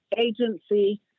agency